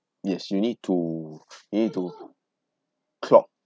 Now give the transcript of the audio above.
yes you need to you need to clock